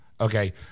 Okay